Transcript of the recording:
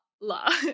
la